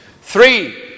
Three